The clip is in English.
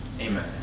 Amen